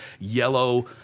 yellow